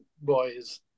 boys